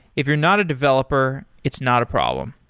if you're not a developer, it's not a problem.